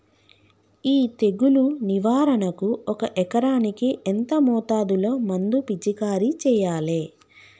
ఈ తెగులు నివారణకు ఒక ఎకరానికి ఎంత మోతాదులో మందు పిచికారీ చెయ్యాలే?